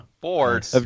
Bored